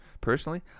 Personally